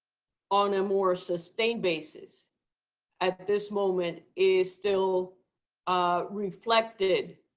on a more sustained basis at this moment is still ah reflected